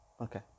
Okay